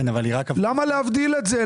למה להבדיל את זה?